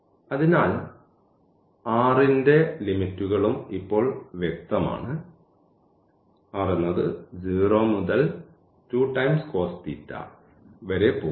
അതിനാൽ r ന്റെ ലിമിറ്റുകളും ഇപ്പോൾ വ്യക്തമാണ് 0 മുതൽ വരെ പോകുന്നു